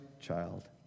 child